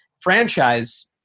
franchise